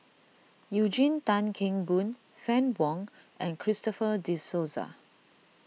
Eugene Tan Kheng Boon Fann Wong and Christopher De Souza